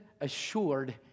assured